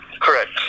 Correct